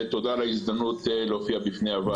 ותודה על ההזדמנות להופיע בפני הוועדה.